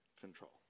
control